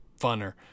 funner